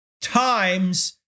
times